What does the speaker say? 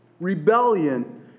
Rebellion